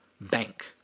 bank